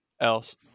else